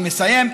אני מסיים,